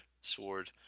Sword